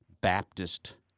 Baptist